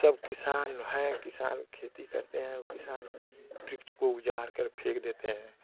सब किसान हैं किसान खेती करते हैं किसान वृक्ष को उजाड़ कर फेंक देते हैं